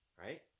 Right